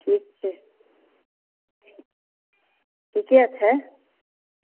ठीक छै ठीके छै